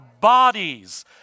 bodies